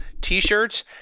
t-shirts